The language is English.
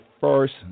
first